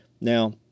Now